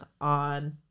on